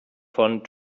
von